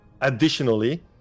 additionally